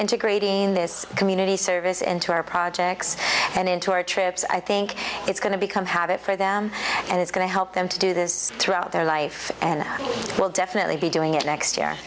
integrating this community service into our projects and into our trips i think it's going to become habit for them and it's going to help them to do this throughout their life and will definitely be doing it next year